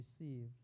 received